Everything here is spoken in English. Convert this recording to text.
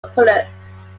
populace